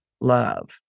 love